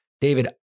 David